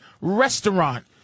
restaurant